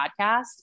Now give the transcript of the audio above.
podcast